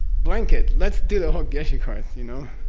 blank it, let's do the whole geshe course, you know?